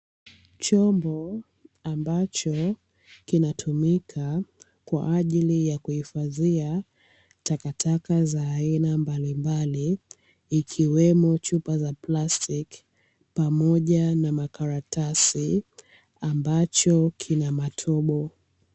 Chombo ambacho kinatumika kwa ajili ya kuhifadhia takataka za aina mbalimbali, ikiwemo chupa za plastiki pamoja na makaratasi ambacho kina matobo.